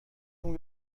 اون